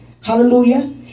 Hallelujah